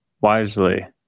Wisely